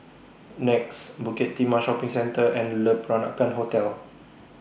Nex Bukit Timah Shopping Centre and Le Peranakan Hotel